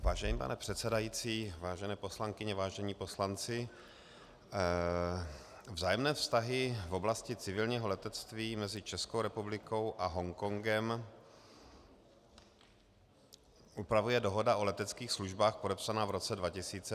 Vážený pane předsedající, vážené poslankyně, vážení poslanci, vzájemné vztahy v oblasti civilního letectví mezi Českou republikou a Hongkongem upravuje dohoda o leteckých službách podepsaná v roce 2002.